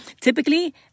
Typically